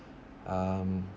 um